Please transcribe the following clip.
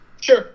Sure